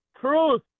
truth